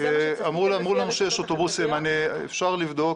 כן, אמרו לנו שיש אוטובוסים, אפשר לבדוק.